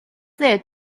there